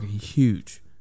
huge